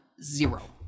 Zero